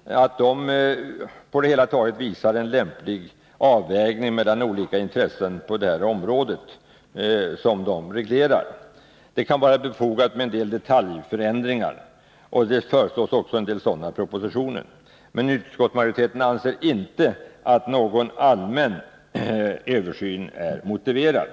och utskottets majoritet anser att den på det hela taget visar en lämplig avvägning mellan olika intressen på detta område. Majoriteten anser att det kan vara befogat med en del detaljändringar — det föreslås också en del sådana i propositionen, men utskottsmajoriteten anser inte att någon allmän översyn är motiverad.